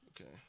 Okay